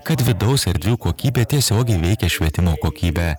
kad vidaus erdvių kokybė tiesiogiai veikia švietimo kokybę